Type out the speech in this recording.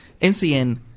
NCN